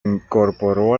incorporó